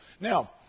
Now